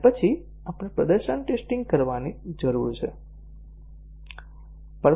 અને પછી આપણે પ્રદર્શન ટેસ્ટીંગ કરવાની જરૂર છે